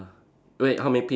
wait how many peak